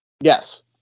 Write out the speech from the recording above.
Yes